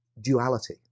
duality